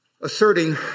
Asserting